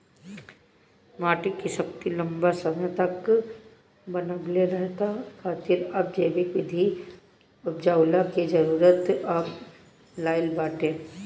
माटी के शक्ति लंबा समय तक बनवले रहला खातिर अब जैविक विधि अपनऊला के जरुरत आ गईल बाटे